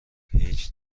هیچ